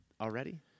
already